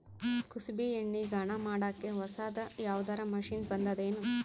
ಕುಸುಬಿ ಎಣ್ಣೆ ಗಾಣಾ ಮಾಡಕ್ಕೆ ಹೊಸಾದ ಯಾವುದರ ಮಷಿನ್ ಬಂದದೆನು?